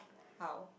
how